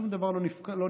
שום דבר לא נבדק.